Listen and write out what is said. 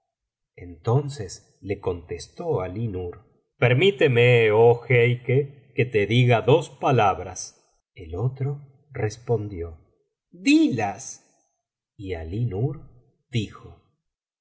entonces le contestó alí nur permíteme oh jeique que te diga dos palabras el otro respondió dilas y alí nur elijo